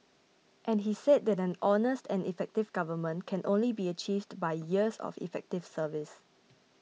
and he said that an honest and effective government can only be achieved by years of effective service